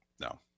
No